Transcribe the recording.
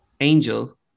angel